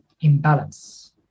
imbalance